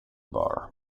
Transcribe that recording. bar